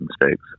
mistakes